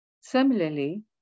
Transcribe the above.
Similarly